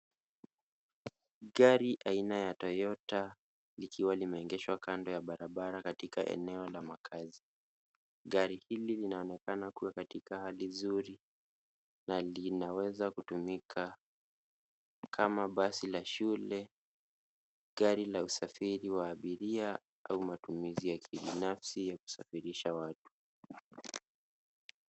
Gari aina ya toyota likiwa limeegeshwa kando ya barabara katika eneo la makazi. Gari hili linaonekana kuwa katika hali nzuri na linaweza kutumika kama basi la shule, gari la usafiri wa abiria aua matumizi ya kibinafsi ya kusafirisha watu.